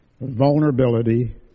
vulnerability